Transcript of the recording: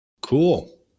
Cool